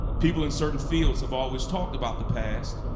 people in certain fields have always talked about the past.